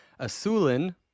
Asulin